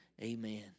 Amen